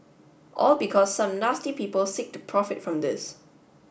all because some nasty people seek to profit from this